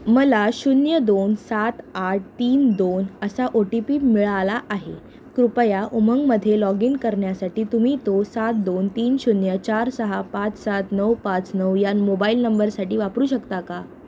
मला शून्य दोन सात आठ तीन दोन असा ओ टी पी मिळाला आहे कृपया उमंगमध्ये लॉग इन करण्यासाठी तुम्ही तो सात दोन तीन शून्य चार सहा पाच सात नऊ पाच नऊ या मोबाईल नंबरसाठी वापरू शकता का